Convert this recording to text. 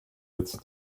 its